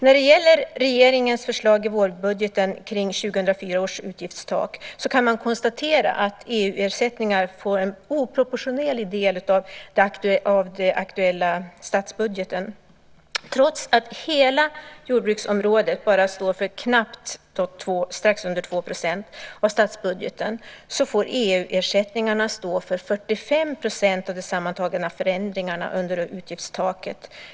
När det gäller regeringens förslag i vårbudgeten för 2004 års utgiftstak kan man konstatera att EU-ersättningarna får ta en oproportionerlig del av aktuella justeringar i statsbudgeten. Trots att hela jordbruksområdet bara står för knappt 2 % av statsbudgeten får EU-ersättningarna stå för 45 % av de sammantagna förändringarna under utgiftstaket.